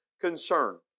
concern